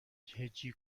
هجی